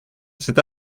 c’est